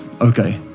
Okay